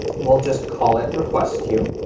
we'll just call it request queue.